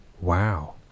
wow